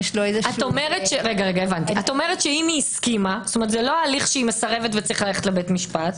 את אומרת שזה לא ההליך שהיא מסרבת והולכים לבית משפט.